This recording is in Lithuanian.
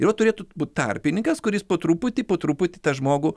ir va turėtų būt tarpininkas kuris po truputį po truputį tą žmogų